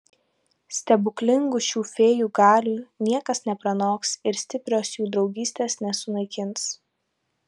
stebuklingų šių fėjų galių niekas nepranoks ir stiprios jų draugystės nesunaikins